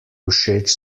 všeč